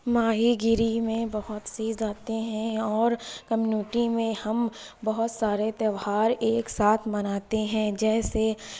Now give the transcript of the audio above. ماہی گیری میں بہت سی ذاتیں ہیں اور کمیونٹی میں ہم بہت سارے تیوہار ایک ساتھ مناتے ہیں جیسے